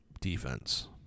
defense